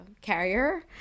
carrier